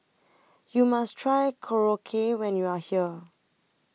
YOU must Try Korokke when YOU Are here